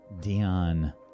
Dion